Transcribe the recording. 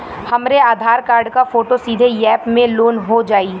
हमरे आधार कार्ड क फोटो सीधे यैप में लोनहो जाई?